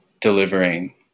delivering